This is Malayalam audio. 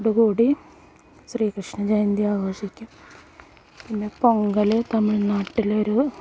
കൂടി ശ്രീകൃഷ്ണജയന്തി ആഘോഷിക്കും പിന്നെ പൊങ്കൽ തമിഴ്നാട്ടിലെ ഒരു